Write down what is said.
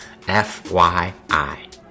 FYI